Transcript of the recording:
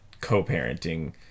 co-parenting